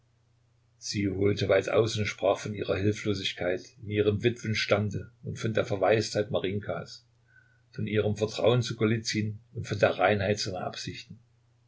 sie holte weit aus und sprach von ihrer hilflosigkeit in ihrem witwenstande und von der verwaistheit marinjkas von ihrem vertrauen zu golizyn und von der reinheit seiner absichten